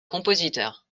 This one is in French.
compositeur